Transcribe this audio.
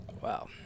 Wow